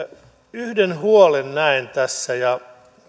yhden huolen näen tässä ja se on seuraavanlainen